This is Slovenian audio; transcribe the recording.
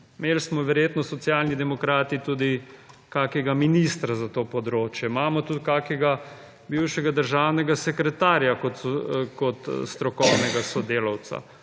Imeli smo verjetno Socialni demokrati tudi kakega ministra za to področje. Imamo tudi kakega bivšega državnega sekretarja **34.